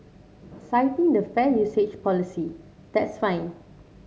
citing the fair usage policy that's fine